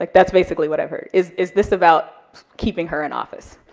like that's basically what i've heard, is is this about keeping her in office?